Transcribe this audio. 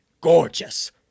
gorgeous